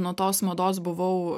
nuo tos mados buvau